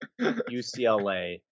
UCLA